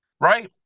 right